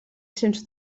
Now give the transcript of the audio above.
sens